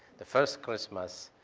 the first christmas,